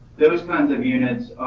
those kinds of units.